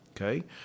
okay